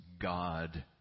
God